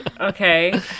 Okay